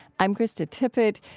i'm krista tippett.